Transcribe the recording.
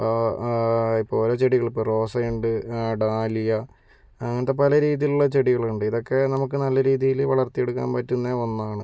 അപ്പോൾ ഇപ്പോൾ ഓരോ ചെടികള് ഇപ്പോൾ റോസ ഉണ്ട് ഡാലിയ അങ്ങനത്തെ പല രീതിയിലുള്ള ചെടികളുണ്ട് ഇതൊക്കെ നമുക്ക് നല്ല രീതിയില് വളർത്തി എടുക്കാൻ പറ്റുന്ന ഒന്നാണ്